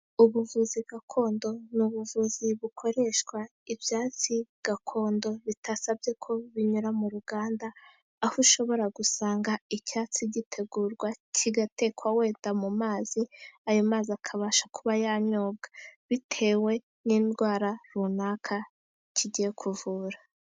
Ubuvuzi gakondo ni ubuvuzi bukoreshwa ibyatsi gakondo bitasabye ko binyura mu ruganda, aho ushobora gusanga icyatsi gitegurwa kigatekwa wenda mu mazi, ayo mazi akabasha kuba yanyobwa bitewe n'indwara runaka kigiye kuvura.